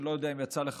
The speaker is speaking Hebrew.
אני לא יודע אם יצא לך,